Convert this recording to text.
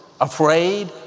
afraid